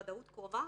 ודאות קרובה?